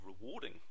rewarding